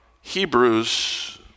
Hebrews